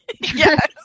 Yes